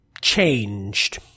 changed